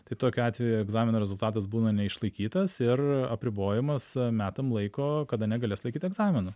tai tokiu atveju egzamino rezultatas būna neišlaikytas ir apribojimas metam laiko kada negalės laikyt egzaminų